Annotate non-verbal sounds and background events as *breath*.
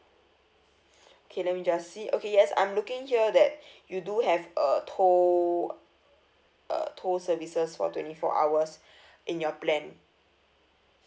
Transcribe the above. *breath* okay let me just see okay yes I'm looking here that *breath* you do have a tow uh tow services for twenty four hours *breath* in your plan